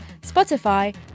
Spotify